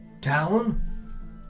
town